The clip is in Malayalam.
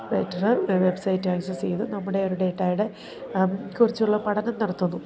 ഓപ്പറേറ്ററ് വെബ്സൈറ്റ് ആക്സസ് ചെയ്ത് നമ്മുടെ ഒരു ഡേറ്റയെ കുറിച്ചുള്ള പഠനം നടത്തുന്നു